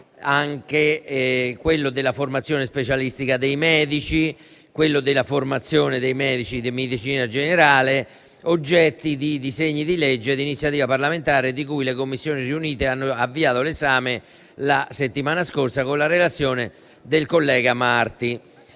anche la formazione specialistica dei medici e la formazione dei medici di medicina generale, oggetto di disegni di legge di iniziativa parlamentare di cui le Commissioni riunite hanno avviato l'esame la settimana scorsa con la relazione del collega Marti.